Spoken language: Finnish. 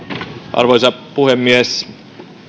arvoisa puhemies